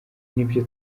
nibyo